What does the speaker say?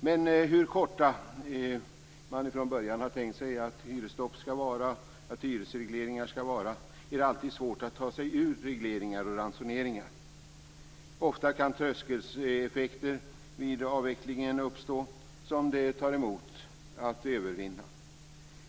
Men hur korta hyresstopp och hyresregleringar man från början än har tänkt sig är det alltid svårt att ta sig ur regleringar och ransoneringar. Ofta kan tröskeleffekter uppstå vid avvecklingen som det tar emot att övervinna.